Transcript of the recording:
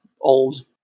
old